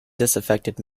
disaffected